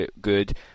good